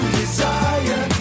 desire